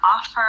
offer